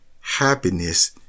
happiness